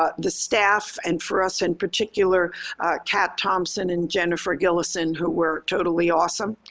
ah the staff, and for us in particular kathy thompson and jennifer gillissen, who were totally awesome.